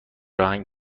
راهن